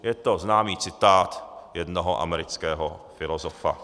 Je to známý citát jednoho amerického filozofa.